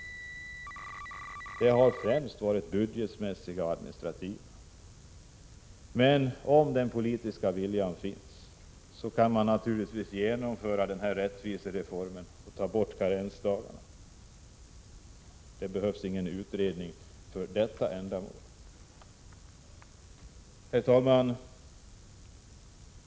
1986/87:94 budgetmässiga och administrativa, men om den politiska viljan finns kan 25 mars 1987 man naturligtvis genomföra denna rättvisereform och ta bort karensdagarna. — AA Det behövs ingen utredning för detta ändamål. Arbetsmarknadspoliti Herr talman!